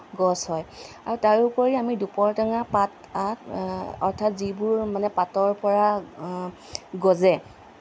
গছ হয় আৰু তাৰোপৰি আমি দুপৰটেঙা পাত অৰ্থাৎ যিবোৰ মানে পাতৰ পৰা গজে